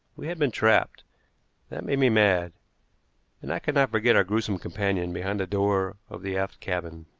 we had been trapped, that made me mad and i could not forget our gruesome companion behind the door of the aft cabin.